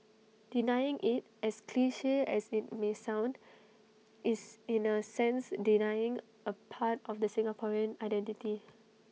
denying IT as cliche as IT might sound is in A sense denying A part of the Singaporean identity